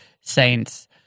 saints